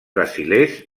brasilers